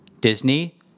Disney